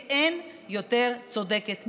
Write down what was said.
כי אין יותר צודקת ממנה.